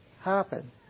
Happen